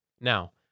Now